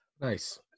Nice